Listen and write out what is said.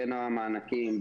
בין המענקים,